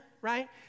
right